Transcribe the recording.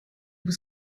was